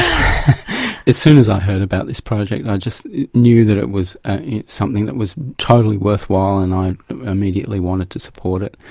as soon as i heard about this project i just knew that it was something that was totally worthwhile and i immediately wanted to support it.